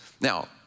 Now